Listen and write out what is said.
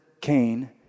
Cain